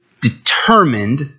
determined